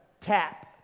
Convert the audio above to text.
tap